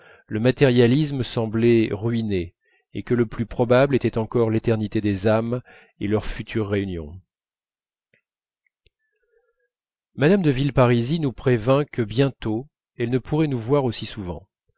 le matérialisme semblait ruiné et que le plus probable était encore l'éternité des âmes et leur future réunion mme de villeparisis nous prévint que bientôt elle ne pourrait nous voir aussi souvent